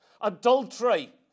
adultery